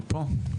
בבקשה.